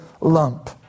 lump